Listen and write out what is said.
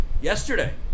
yesterday